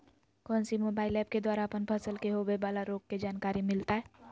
कौन सी mobile app के द्वारा अपन फसल के होबे बाला रोग के जानकारी मिलताय?